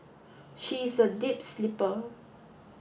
she is a deep sleeper